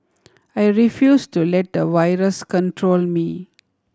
I refused to let a virus control me